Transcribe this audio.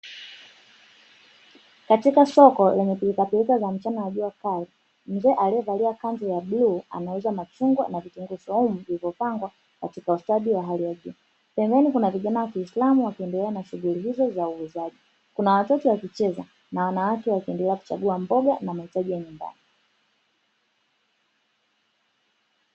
Katika soko lenye pilikapilika za mchana wa jua kali, mzee aliyevalia kanzu ya bluu anauza machungwa na vitunguu swaumu vilivyopangwa katika ustadi wa hali ya juu. Pembeni kuna vijana wa kiislamu wakiendelea shughuli hizo uuzaji, kuna watoto wakicheza na wanawake wakiendelea kuchagua mboga na mahitaji ya nyumbani.